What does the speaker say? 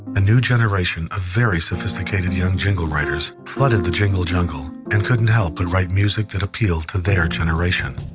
a new generation of very sophisticated young jingle writers flooded the jingle jungle and couldn't help but write music that appealed to their generation.